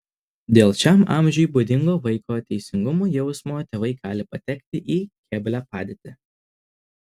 dėl šiam amžiui būdingo vaiko teisingumo jausmo tėvai gali patekti į keblią padėtį